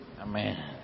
Amen